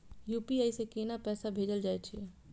UPI से केना पैसा भेजल जा छे?